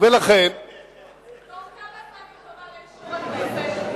בתוך כמה זמן היא תובא לאישור הכנסת?